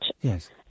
Yes